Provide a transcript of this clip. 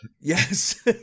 Yes